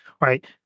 right